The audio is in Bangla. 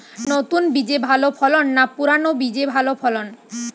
নতুন বীজে ভালো ফলন না পুরানো বীজে ভালো ফলন?